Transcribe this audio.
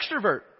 extrovert